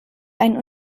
einen